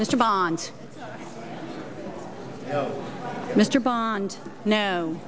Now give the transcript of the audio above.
mr bond mr bond no